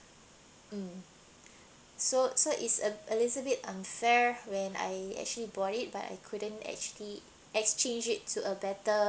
mm so so is a little bit unfair when I actually bought it but I couldn't actually exchange it to a better